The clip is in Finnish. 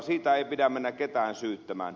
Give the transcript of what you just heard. siitä ei pidä mennä ketään syyttämään